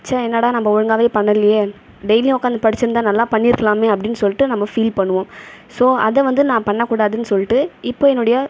ச்ச என்னடா நம்ம ஒழுங்காகவே பண்ணலையே டெய்லியும் உட்காந்து படித்திருந்தா நல்லா பண்ணியிருக்கலாமே அப்படினு சொல்லிட்டு நம்ம ஃபீல் பண்ணுவோம் ஸோ அதை வந்து நான் பண்ணக்கூடாதுனு சொல்லிவிட்டு இப்போ என்னுடைய